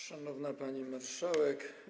Szanowna Pani Marszałek!